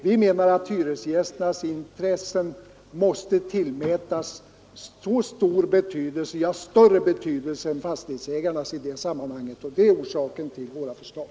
Vi anser att hyresgästernas intressen måste tillmätas lika stor betydelse som fastighetsägarnas, ja större betydelse än fastighetsägarnas, och det är orsaken till våra förslag.